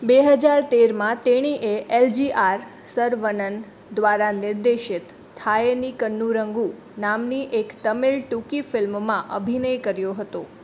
બે હજાર તેરમાં તેણીએ એલ જી આર સરવનન દ્વારા નિર્દેશિત થાયેની કન્નૂરંગુ નામની એક તમિલ ટૂંકી ફિલ્મમાં અભિનય કર્યો હતો